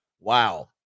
Wow